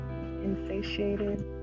insatiated